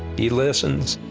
he listens.